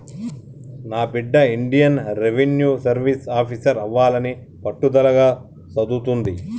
నా బిడ్డ Indian revenue service officer అవ్వాలని పట్టుదలగా సదువుతుంది